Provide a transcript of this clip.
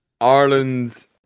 Ireland